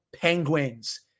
Penguins